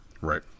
Right